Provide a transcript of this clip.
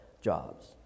jobs